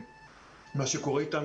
מה שקורה איתם,